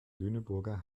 lüneburger